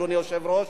אדוני היושב-ראש,